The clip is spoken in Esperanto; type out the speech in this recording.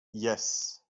jes